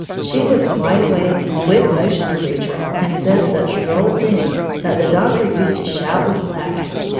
she was a wide-awake, quick-motioned creature and said such droll things that the doctor used to shout with laughter,